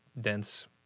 dense